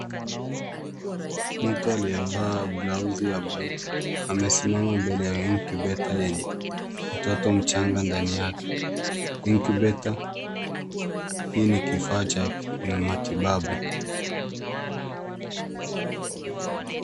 Mtu aliyevaa blausi ya buluu amesimama mbele ya incubator yenye mtoto mchanga ndani yake. Incubator hii ni kifaa cha matibabu.